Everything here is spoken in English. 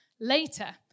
Later